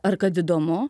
ar kad įdomu